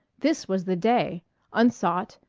this was the day unsought,